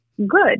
good